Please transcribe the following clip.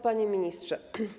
Panie Ministrze!